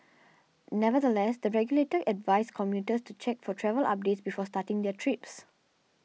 nevertheless the regulator advised commuters to check for travel updates before starting their trips